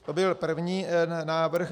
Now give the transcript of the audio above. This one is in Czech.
To byl první návrh.